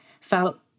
felt